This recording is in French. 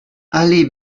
allée